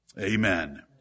Amen